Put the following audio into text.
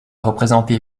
représenté